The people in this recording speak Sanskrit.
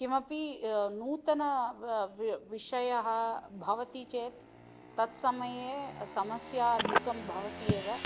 किमपि नूतनः व् वि विषयः भवति चेत् तत्समये समस्या अधिका भवति एव